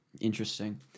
Interesting